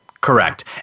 Correct